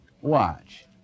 Watch